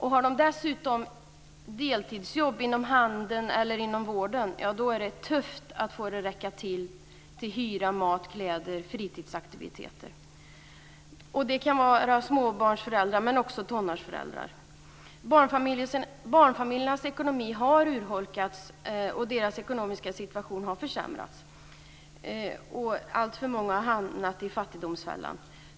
Har de dessutom deltidsjobb inom handeln eller vården är det tufft att få det att räcka till hyra, mat, kläder och fritidsaktiviteter. Det kan gälla småbarnsföräldrar men också tonårsföräldrar. Barnfamiljernas ekonomi har urholkats, och deras ekonomiska situation har försämrats. Alltför många har hamnat i fattigdomsfällan.